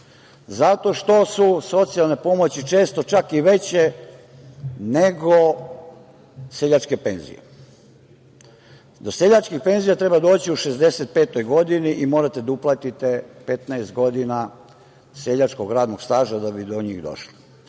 zato što su socijalne pomoći često čak i veće nego seljačke penzije. Do seljačkih penzija treba doći u šezdeset i petoj godini i morate da uplatite 15 godina seljačkog radnog staža da bi do njih došli.Za